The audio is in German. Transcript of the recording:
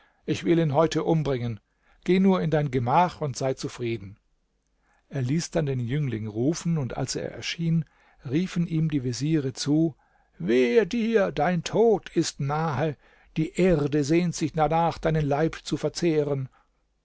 ich will ihn heute umbringen geh nur in dein gemach und sei zufrieden er ließ dann den jüngling rufen und als er erschien riefen ihm die veziere zu wehe dir dein tod ist nahe die erde sehnt sich danach deinen leib zu verzehren